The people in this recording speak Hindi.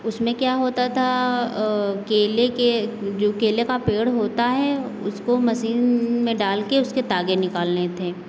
उसमें क्या होता था केले के जो केले का पेड़ होता है उसको मशीन में डाल के उसके तागे निकालने थे